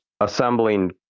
assembling